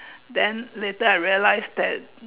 then later I realise that